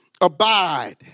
abide